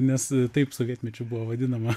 nes taip sovietmečiu buvo vadinama